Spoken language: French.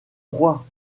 roi